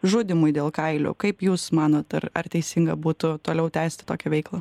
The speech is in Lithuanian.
žudymui dėl kailio kaip jūs manot ar ar teisinga būtų toliau tęsti tokią veiklą